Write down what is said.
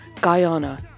Guyana